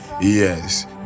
yes